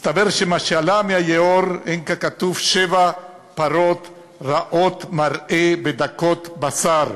מסתבר שמה שעלה מהיאור הן ככתוב "שבע פרות רעות מראה ודקות בשר",